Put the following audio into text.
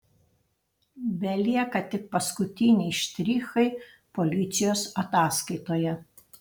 belieka tik paskutiniai štrichai policijos ataskaitoje